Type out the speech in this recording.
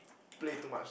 play too much